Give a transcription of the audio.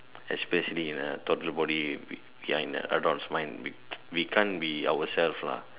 especially uh toddler body we are in a adults mind we we can't be ourselves lah